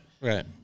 Right